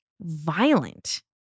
violent